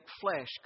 flesh